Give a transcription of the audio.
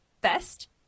best